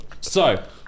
So-